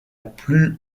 plus